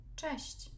cześć